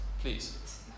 please